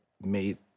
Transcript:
made